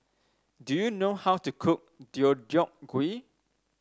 do you know how to cook Deodeok Gui